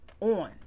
on